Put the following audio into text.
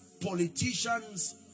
politicians